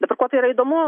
dabar kuo tai yra įdomu